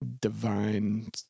divine